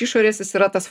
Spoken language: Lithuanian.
išorės jis yra tas